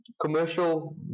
commercial